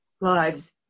Lives